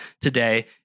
today